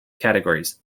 categories